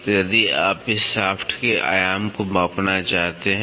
तो यदि आप इस शाफ्ट （shaft）के आयाम को मापना चाहते हैं